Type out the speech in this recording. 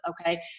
Okay